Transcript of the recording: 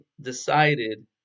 decided